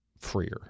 freer